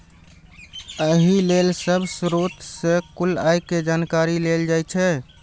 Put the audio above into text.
एहि लेल सब स्रोत सं कुल आय के जानकारी लेल जाइ छै